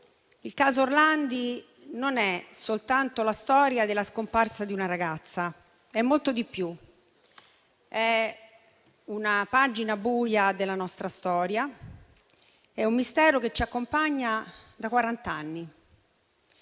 il caso Orlandi non è soltanto la storia della scomparsa di una ragazza, ma molto di più: è una pagina buia della nostra storia; è un mistero che ci accompagna da quarant'anni.